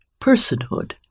personhood